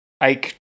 Ike